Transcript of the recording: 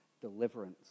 deliverance